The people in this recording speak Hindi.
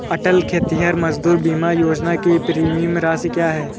अटल खेतिहर मजदूर बीमा योजना की प्रीमियम राशि क्या है?